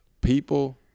People